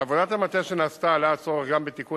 בעבודת המטה שנעשתה עלה הצורך גם בתיקון